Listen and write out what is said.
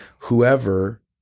whoever